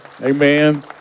Amen